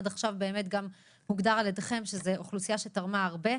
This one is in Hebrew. עד עכשיו הוגדר על-ידיכם שזאת אוכלוסייה שתרמה הרבה.